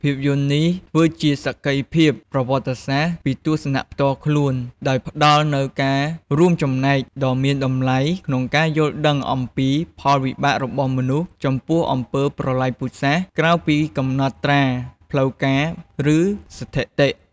ភាពយន្តនេះធ្វើជាសក្ខីភាពប្រវត្តិសាស្ត្រ ពីទស្សនៈផ្ទាល់ខ្លួន ដោយផ្តល់នូវការរួមចំណែកដ៏មានតម្លៃក្នុងការយល់ដឹងអំពីផលវិបាករបស់មនុស្សចំពោះអំពើប្រល័យពូជសាសន៍ ក្រៅពីកំណត់ត្រាផ្លូវការ ឬស្ថិតិ។